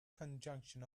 conjunction